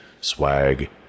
swag